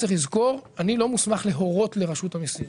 צריך לזכור, אני לא מוסמך להורות לרשות המיסים.